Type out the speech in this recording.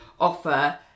offer